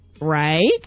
right